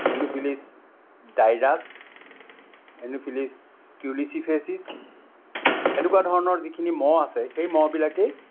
Anopheles dirus Anopheles culicifacies এনেকুৱা ধৰণৰ যিখিনি মহ আছে সেই মহবিলাকেই